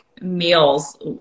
meals